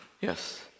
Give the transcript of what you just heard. Yes